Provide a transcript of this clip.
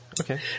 okay